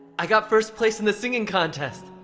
i got first place in the singing contest!